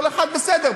כל אחד, בסדר.